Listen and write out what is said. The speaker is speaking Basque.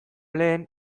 lehen